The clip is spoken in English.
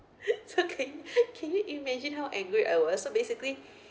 so can you can you imagine how angry I was so basically